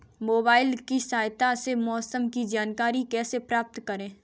Mobile की सहायता से मौसम की जानकारी कैसे प्राप्त करें?